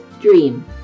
Dream